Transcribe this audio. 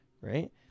right